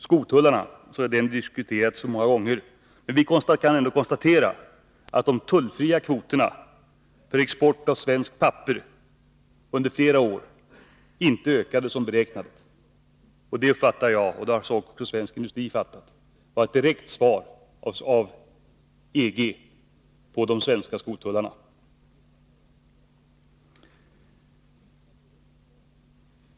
Skotullarna har diskuterats många gånger, men vi kan ändå konstatera att de tullfria kvoterna för export till EG av svenskt papper under flera år inte ökade som beräknat. Det uppfattar jag — och så har svensk industri uppfattat det — som ett direkt svar av EG på de svenska skotullarna.